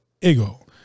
ego